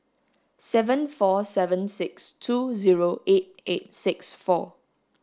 seven four seven six two zero eight eight six four